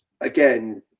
again